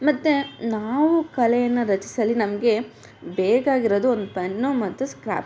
ಮತ್ತು ನಾವು ಕಲೆಯನ್ನು ರಚಿಸಲು ನಮಗೆ ಬೇಕಾಗಿರೋದು ಒಂದು ಪೆನ್ನು ಮತ್ತು ಸ್ಕ್ರಾಪ್